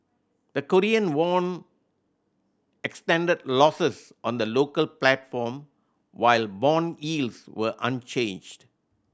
the Korean won extended losses on the local platform while bond yields were unchanged